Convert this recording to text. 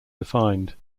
defined